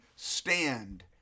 stand